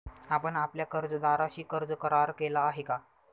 आपण आपल्या कर्जदाराशी कर्ज करार केला आहे का?